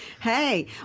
Hey